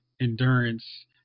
endurance